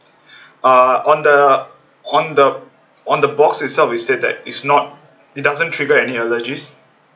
uh on the on the on the box itself it said that it's not it doesn't trigger any allergies